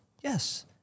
Yes